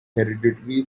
hereditary